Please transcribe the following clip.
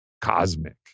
cosmic